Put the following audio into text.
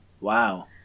Wow